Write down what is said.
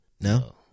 No